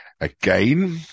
again